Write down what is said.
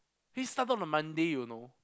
he started from Monday you know